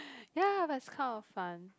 ya but it's kind of fun